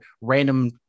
random